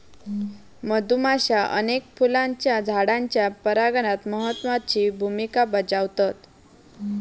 मधुमाश्या अनेक फुलांच्या झाडांच्या परागणात महत्त्वाची भुमिका बजावतत